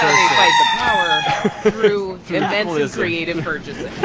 um they fight the power through through inventive creative purchasing